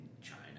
China